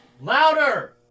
Louder